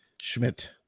Schmidt